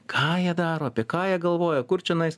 ką jie daro apie ką jie galvoja kur čionais